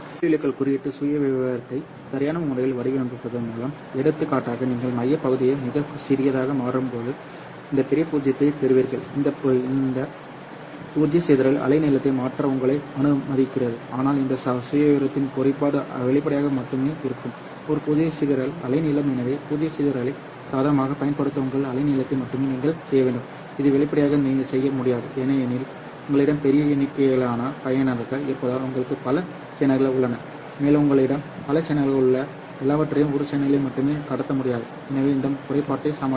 ஒளிவிலகல் குறியீட்டு சுயவிவரத்தை சரியான முறையில் வடிவமைப்பதன் மூலம் எடுத்துக்காட்டாக நீங்கள் மையப் பகுதியை மிகச் சிறியதாக மாற்றும்போது இந்த பெரிய பூஜ்ஜியத்தைப் பெறுவீர்கள் இது இந்த பூஜ்ஜிய சிதறல் அலைநீளத்தை மாற்ற உங்களை அனுமதிக்கிறது ஆனால் இந்த சுயவிவரத்தின் குறைபாடு வெளிப்படையாக மட்டுமே இருக்கும் ஒரு பூஜ்ஜிய சிதறல் அலைநீளம் எனவே பூஜ்ஜிய சிதறலை சாதகமாகப் பயன்படுத்த உங்கள் அலைநீளத்தை மட்டுமே நீங்கள் செய்ய வேண்டும் இது வெளிப்படையாக செய்ய முடியாது ஏனெனில் உங்களிடம் பெரிய எண்ணிக்கையிலான பயனர்கள் இருப்பதால் உங்களுக்கு பல சேனல்கள் உள்ளன மேலும் உங்களிடம் பல சேனல்கள் உள்ளன எல்லாவற்றையும் ஒரு சேனலில் மட்டுமே கடத்த முடியாது எனவே அந்த குறைபாட்டை சமாளிக்க